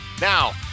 Now